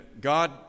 God